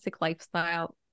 lifestyle